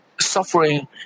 suffering